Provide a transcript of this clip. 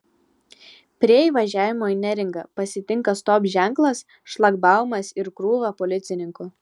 prie įvažiavimo į neringą pasitinka stop ženklas šlagbaumas ir krūva policininkų